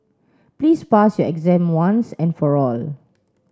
please pass your exam once and for all